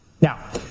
Now